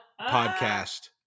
podcast